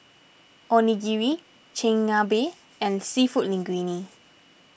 Onigiri Chigenabe and Seafood Linguine